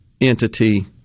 entity